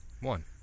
One